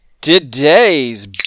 today's